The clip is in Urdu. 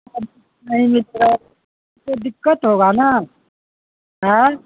نہیں تو دقت ہوگا نا ایں